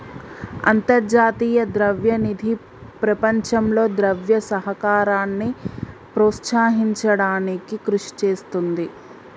అంతర్జాతీయ ద్రవ్య నిధి ప్రపంచంలో ద్రవ్య సహకారాన్ని ప్రోత్సహించడానికి కృషి చేస్తుంది